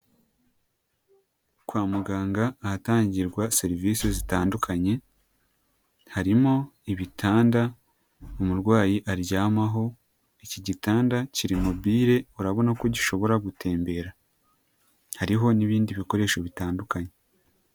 Kwa muganga ahatangirwa serivisi zitandukanye, harimo ibitanda umurwayi aryamaho, iki gitanda kiri mobile urabona ko gishobora gutembera, hariho n'ibindi bikoresho bitandukanye.